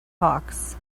hawks